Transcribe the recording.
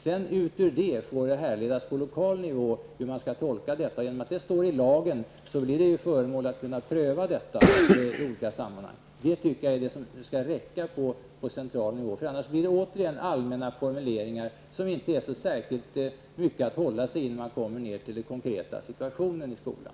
Sedan får man på lokal nivå tolka lagen. Genom att det står i lag kan det prövas i olika sammanhang. Det borde räcka i fråga om central reglering. Annars blir återigen allmänna formuleringar, som inte är särskilt mycket att hålla sig i när man kommer till den konkreta situationen i skolan.